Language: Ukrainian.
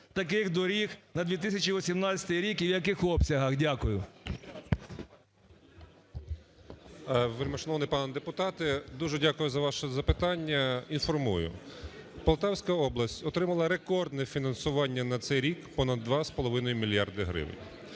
Дякую за ваше запитання.